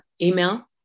email